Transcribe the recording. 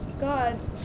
gods